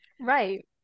right